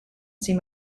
seem